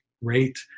rate